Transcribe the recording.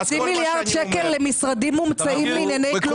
חצי מיליארד שקל למשרדים מומצאים לענייני כלום,